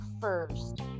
first